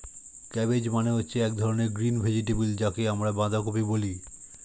cabbage মানে হচ্ছে এক ধরনের গ্রিন ভেজিটেবল যাকে আমরা বাঁধাকপি বলি